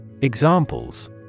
Examples